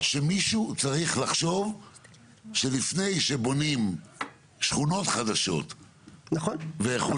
שמישהו צריך לחשוב שלפני שבונים שכונות חדשות וכו',